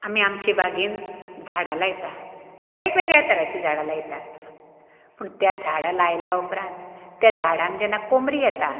आमी आमचे बागेन झाडां लायतात वेगवेगळ्या तराची झाडां लायतां पूण त्या झाडाक लायल्या उपरांत त्या झाडांक जेन्ना कोमरी येता